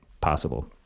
possible